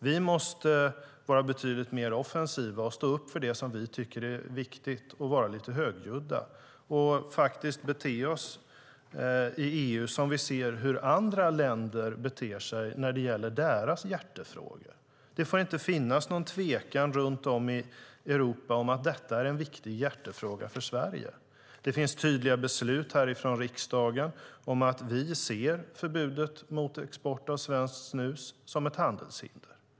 Vi måste vara betydligt mer offensiva, stå upp för det vi tycker är viktigt, vara lite högljudda och faktiskt bete oss i EU som vi ser att andra länder beter sig när det gäller deras hjärtefrågor. Det får inte finnas någon tvekan runt om i Europa om att detta är en viktig hjärtefråga för Sverige. Det finns tydliga beslut från riksdagen om att vi ser förbudet mot export av svenskt snus som ett handelshinder.